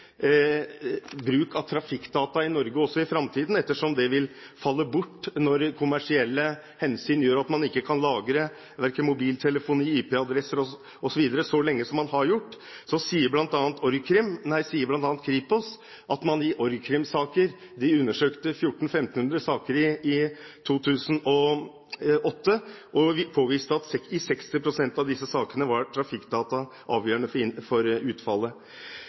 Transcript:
bruk av trafikkdata i Norge også i framtiden, ettersom det vil falle bort når kommersielle hensyn gjør at man ikke kan lagre verken mobiltelefoni eller IP-adresser osv. så lenge som man har gjort. Så påviste bl.a. Kripos at i 60 pst. av orgkrim-sakene – de undersøkte 1 400–1 500 saker i 2008 – var trafikkdata avgjørende for utfallet.